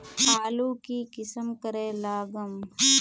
आलूर की किसम करे लागम?